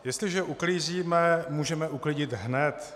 Jestliže uklízíme, můžeme uklidit hned.